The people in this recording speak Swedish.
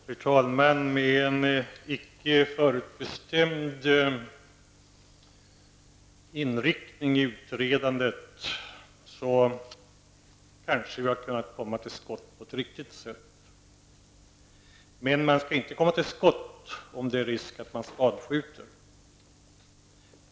Fru talman! Med en icke förutbestämd inriktning i utredandet hade vi kanske kunnat komma till skott på ett riktigt sätt. Men man skall inte komma till skott om det är risk att man skadskjuter.